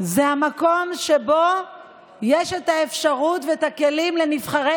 זה המקום שבו יש את האפשרות והכלים לנבחרי